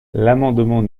l’amendement